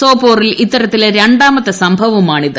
സോപ്പോറിൽ ഇത്തരത്തിലെ രണ്ടാമത്തെ സംഭവമാണിത്